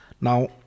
now